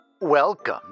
welcome